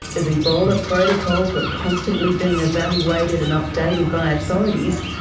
as ebola protocols were constantly being evaluated and updated by authorities,